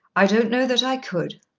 i don't know that i could.